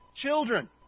Children